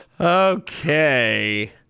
Okay